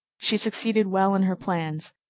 she succeeded well in her plans.